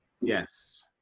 Yes